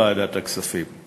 הכספים